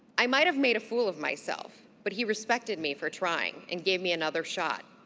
i might have made a fool of myself. but he respected me for trying and gave me another shot.